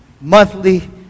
monthly